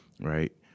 right